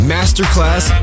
Masterclass